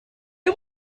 are